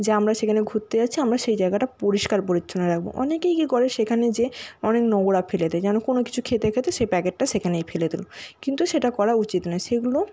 যা আমরা সেখানে ঘুরতে যাচ্ছি আমরা সেই জায়গাটা পরিষ্কার পরিচ্ছন্ন রাখবো অনেকেই কী করে সেখানে যে অনেক নোংরা ফেলে দেয় যেন কোনো কিছু খেতে খেতে সেই প্যাকেটটা সেখানেই ফেলে দিলো কিন্তু সেটা করা উচিত নয় সেগুলো